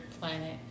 planet